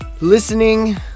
listening